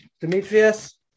Demetrius